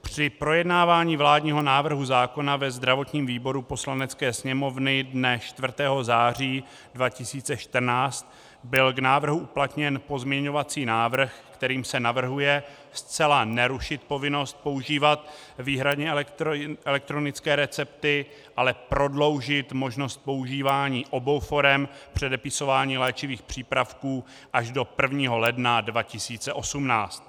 Při projednávání vládního návrhu zákona ve zdravotním výboru Poslanecké sněmovny dne 4. září 2014 byl k návrhu uplatněn pozměňovací návrh, kterým se navrhuje zcela nerušit povinnost používat výhradně elektronické recepty, ale prodloužit možnost používání obou forem předepisování léčivých přípravků až do 1. ledna 2018.